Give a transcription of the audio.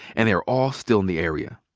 and they are all still in the area.